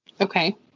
Okay